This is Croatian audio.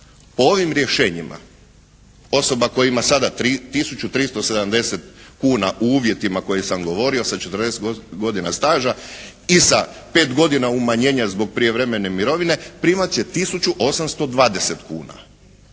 Ovim rješenjima osoba koja ima sada tisuću 370 kuna u uvjetima koje sam govorio sa 40 godina staža i sa 5 godina umanjenja zbog prijevremene mirovine primat će tisuću 820 kuna.